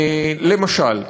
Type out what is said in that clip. למשל,